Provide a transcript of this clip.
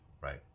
right